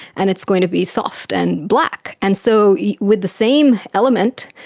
and it's going to be soft and black. and so yeah with the same element,